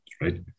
right